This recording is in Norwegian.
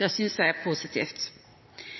Det synes jeg er positivt.